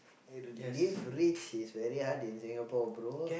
l~ live rich is very hard in Singapore bro